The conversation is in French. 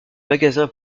magasin